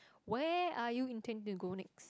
where are you intending to go next